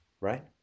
Right